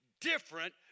different